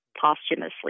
posthumously